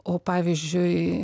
o pavyzdžiui